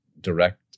direct